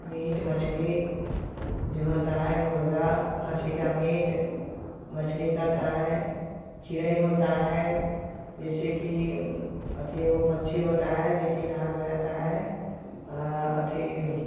meet मछ्ली जो होता है मुर्गा खस्सी का मीट मछ्ली खाता है चिड़ै होता है जैसे कि अथी एगो पन्छी होता है जोकि इनार में रहता है अथी